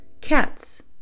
Cats